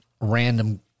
Random